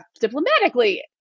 diplomatically